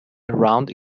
around